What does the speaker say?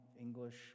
English